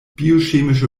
biochemische